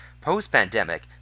Post-pandemic